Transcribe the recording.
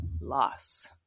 loss